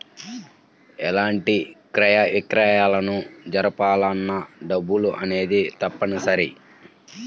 ఎలాంటి క్రయ విక్రయాలను జరపాలన్నా డబ్బు అనేది తప్పనిసరి